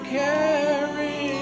carry